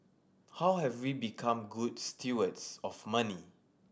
how have we become good stewards of money